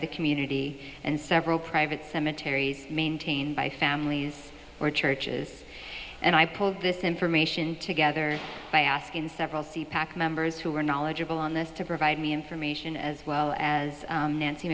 the community and several private cemeteries maintained by families or churches and i pulled this information together by asking several c pack members who are knowledgeable on this to provide me information as well as